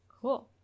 Cool